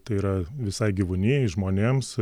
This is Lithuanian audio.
tai yra visai gyvūnijai žmonėms